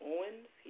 Owens